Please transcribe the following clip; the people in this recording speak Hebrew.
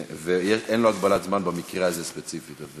אין לו הגבלת זמן במקרה הזה ספציפית.